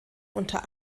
unter